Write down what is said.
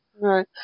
Right